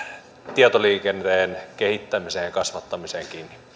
tietoliikenteen kehittämiseen ja kasvattamiseen